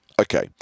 Okay